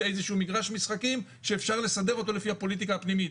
איזה שהוא מגרש משחקים שאפשר לסדר אותו לפי הפוליטיקה הפנימית.